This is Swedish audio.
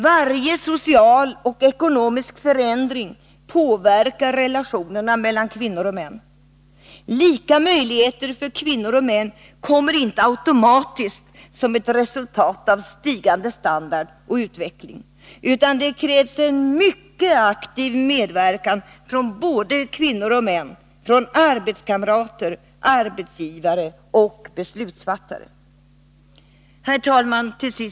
Varje social och ekonomisk förändring påverkar relationerna mellan kvinnor och män. Lika möjligheter för kvinnor och män kommer inte automatiskt såsom ett resultat av stigande standard och utveckling, utan det krävs en mycket aktiv medverkan från både kvinnor och män, från arbetskamrater, arbetsgivare och beslutsfattare. Till sist, herr talman!